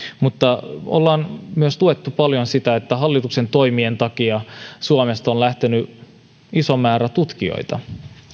mutta on myös tuotu paljon esille sitä että hallituksen toimien takia suomesta on lähtenyt iso määrä tutkijoita